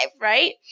right